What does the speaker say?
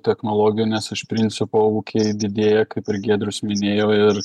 technologijų nes iš principo ūkiai didėja kaip ir giedrius minėjo ir